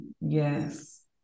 Yes